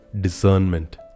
discernment